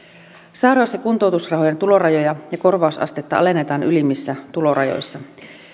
sairaus ja kuntoutusrahojen tulorajoja ja korvausastetta alennetaan ylimmissä tulorajoissa